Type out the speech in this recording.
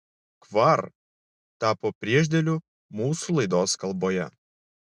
kvar tapo priešdėliu mūsų laidos kalboje